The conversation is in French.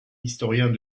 historiens